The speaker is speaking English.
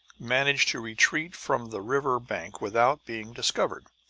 managed to retreat from the river bank without being discovered.